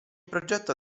progetto